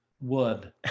wood